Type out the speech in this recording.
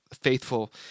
faithful